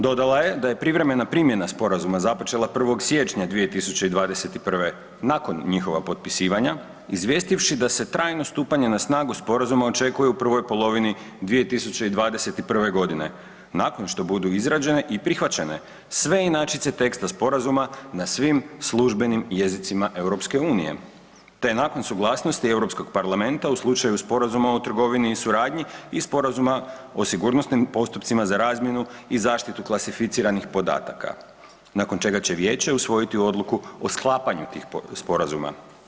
Dodala je da je privremena primjena Sporazuma započela 1. siječnja 2021. nakon njihova potpisivanja, izvijestivši da se trajno stupanje na snagu Sporazuma očekuje se u prvoj polovini 2021. g., nakon što budu izrađene i prihvaćene sve inačice teksta Sporazuma na svim službenim jezicima EU-e te nakon suglasnosti EU parlamenta u slučaju Sporazuma o trgovini i suradnji i Sporazuma o sigurnosnim postupcima za razmjenu i zaštitu klasificiranih podataka, nakon čega će Vijeće usvojiti odluku o sklapanju tih sporazuma.